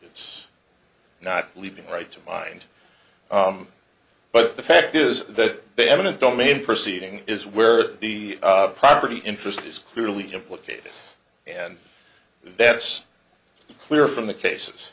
it's not leaving right to mind but the fact is that the evidence domain proceeding is where the property interest is clearly implicated and that's clear from the cases